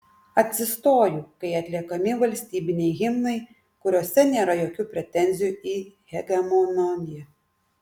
atsistoju kai atliekami valstybiniai himnai kuriuose nėra jokių pretenzijų į hegemoniją